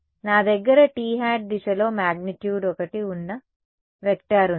నా దగ్గర t దిశలో మాగ్నిట్యూడ్ ఒకటి వున్న వెక్టార్ ఉంది